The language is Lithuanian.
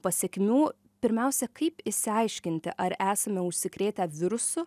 pasekmių pirmiausia kaip išsiaiškinti ar esame užsikrėtę virusu